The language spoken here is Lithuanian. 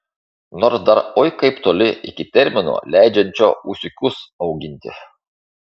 nors dar oi kaip toli iki termino leidžiančio ūsiukus auginti